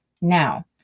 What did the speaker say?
Now